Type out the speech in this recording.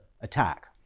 attack